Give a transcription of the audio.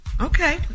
Okay